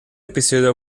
episodio